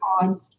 on